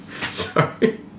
Sorry